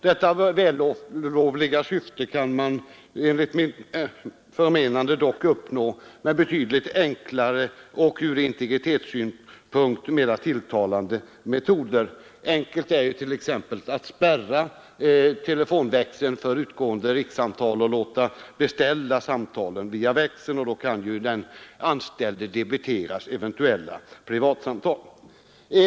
Detta vällovliga syfte kan man dock enligt mitt förmenande uppnå med betydligt enklare och från integritetssynpunkt mera tilltalande metoder. Enkelt är ju t.ex. att spärra anknytningsapparaterna för utgående rikssamtal och låta personalen beställa sådana samtal via växeln. Då kan den anställde debiteras eventuella privatsamtal.